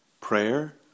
prayer